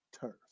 turf